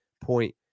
point